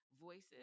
voices